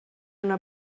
una